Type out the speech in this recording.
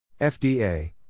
FDA